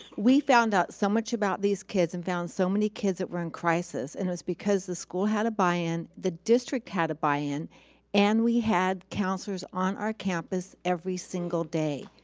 we found out so much about these kids and found so many kids that were in crisis and was because the school had a buy in, the district had a buy in and we had counselors on our campus every single day.